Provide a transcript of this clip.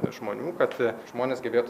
žmonių kad žmonės gebėtų